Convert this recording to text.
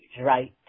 right